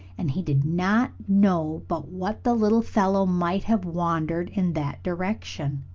and he did not know but what the little fellow might have wandered in that direction.